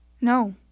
No